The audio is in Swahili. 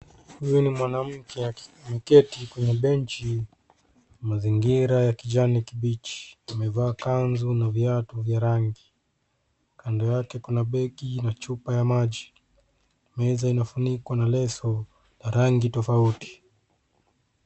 Huyu ni mwanamke akiketi kwenye benchi mazingira ya kijani kibichi. Amevaa kanzu viatu vya rangi. Kando yake kuna begi na chupa ya maji. Meza ina funikwa na leso la rangi tofauti.